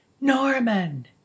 norman